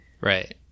right